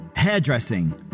Hairdressing